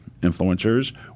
influencers